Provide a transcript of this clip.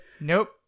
nope